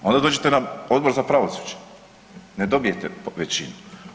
Onda dođete na Odbor za pravosuđe, ne dobijete većinu.